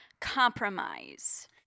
compromise